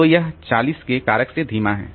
तो यह 40 के कारक से धीमा है